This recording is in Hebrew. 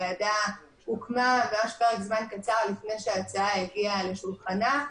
הוועדה הוקמה בפרק זמן קצר לפני שההצעה הגיעה לשולחנה.